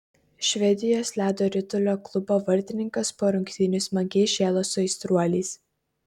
švedijos ledo ritulio klubo vartininkas po rungtynių smagiai šėlo su aistruoliais